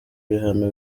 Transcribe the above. bihano